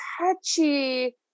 touchy